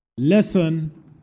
Lesson